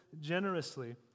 generously